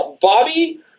Bobby